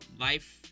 Life